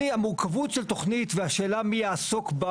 המורכבות של תוכנית והשאלה מי יעסוק בה